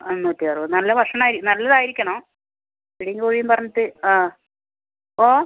എണ്ണൂറ്റി അറുപത് നല്ല ഭക്ഷണം നല്ലതായിരിക്കണം പിടിയും കോഴിയും പറഞ്ഞിട്ട് ആ ഓഹ്